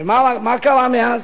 ומה קרה מאז?